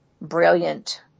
brilliant